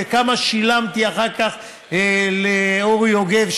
וכמה שילמתי אחר כך לאורי יוגב,